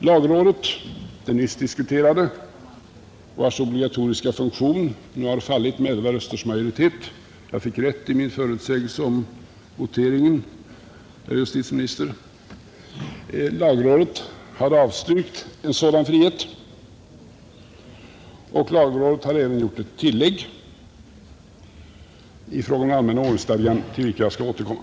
Lagrådet, det nyss diskuterade, vars obligatoriska funktion nu har fallit med elva rösters majoritet — jag fick rätt i min förutsägelse om voteringen, herr justitieminister — hade avstyrkt en sådan frihet och hade även gjort ett tillägg i fråga om den allmänna ordningsstadgan, till vilket jag skall återkomma.